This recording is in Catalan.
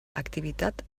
activitat